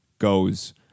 goes